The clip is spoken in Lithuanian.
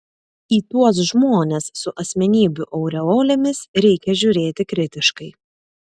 į tuos žmones su asmenybių aureolėmis reikia žiūrėti kritiškai